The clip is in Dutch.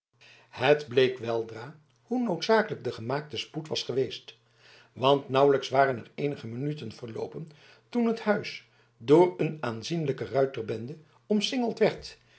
het bleek weldra hoe noodzakelijk de gemaakte spoed was geweest want nauwelijks waren er eenige minuten verloopen toen het huis door een aanzienlijke ruiterbende omsingeld werd